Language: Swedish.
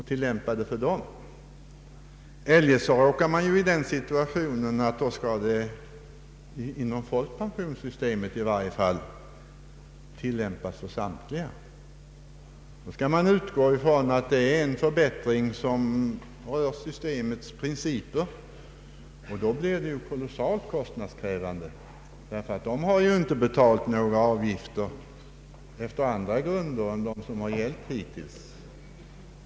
Eljest råkar vi i den situationen att systemet med individuella förmåner inom folkpensionssystemet skall tillämpas för samtliga. Då bör vi utgå ifrån att det gäller en förbättring som rör systemets principer. Det hela blir också mycket kostnadskrävande, eftersom vederbörande inte betalt några avgifter efter andra grunder än som hittills gällt.